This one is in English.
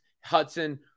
Hudson